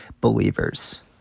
believers